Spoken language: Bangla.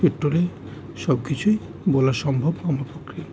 পেট্রোলে সব কিছুই বলা সম্ভব আমার পক্ষে